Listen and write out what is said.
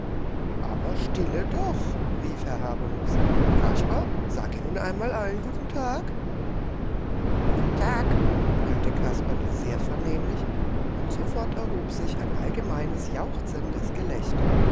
aber stille doch rief herr habermus kasper sage nun einmal allen guten tag guten tag brüllte kasperle sehr vernehmlich und sofort erhob sich ein allgemeines jauchzendes gelächter